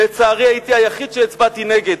לצערי, הייתי היחיד שהצביע נגד.